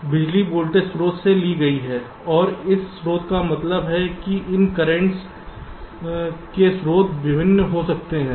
तो बिजली वोल्टेज स्रोत से ली गई है और इस स्रोत का मतलब है कि इन कर्रेंटस के स्रोत विभिन्न हो सकते हैं